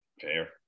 Fair